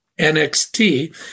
NXT